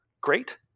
great